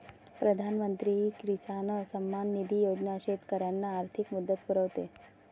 प्रधानमंत्री किसान सन्मान निधी योजना शेतकऱ्यांना आर्थिक मदत पुरवते